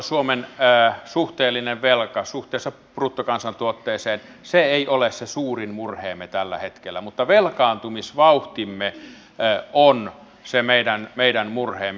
suomen suhteellinen velka suhteessa bruttokansantuotteeseen se ei ole se suurin murheemme tällä hetkellä mutta velkaantumisvauhtimme on se meidän murheemme